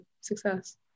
success